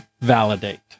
validate